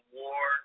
war